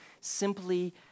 simply